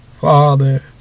father